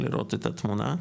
לראות את התמונה,